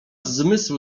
zmysł